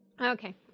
Okay